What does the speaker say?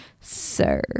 Sir